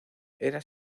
era